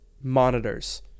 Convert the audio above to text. monitors